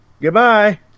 Goodbye